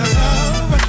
love